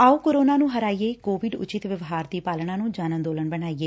ਆਓ ਕੋਰੋਨਾ ਨੰ ਹਰਾਈਏਂ ਕੋਵਿਡ ਉਚਿੱਤ ਵਿਵਹਾਰ ਦੀ ਪਾਲਣਾ ਨੂੰ ਜਨ ਅੰਦੋਲਨ ਬਣਾਈਏ